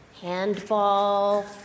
Handball